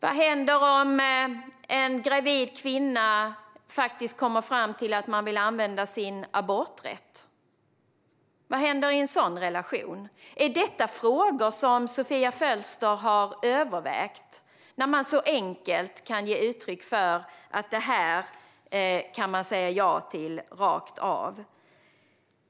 Vad händer om en gravid kvinna kommer fram till att hon vill använda sin aborträtt? Vad händer i en sådan relation? Är detta frågor som Sofia Fölster har övervägt när hon så enkelt kan ge uttryck för att det här kan man säga ja till rakt av?